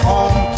Home